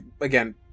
Again